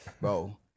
bro